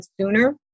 sooner